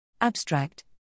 Abstract